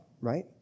right